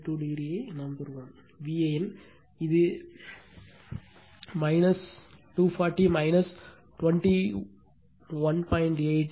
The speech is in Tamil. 2o ஐப் பெறுவீர்கள் Van இது ஏன் 240 21